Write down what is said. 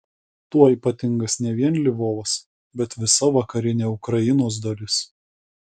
tuo ypatingas ne vien lvovas bet visa vakarinė ukrainos dalis